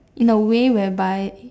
in a way whereby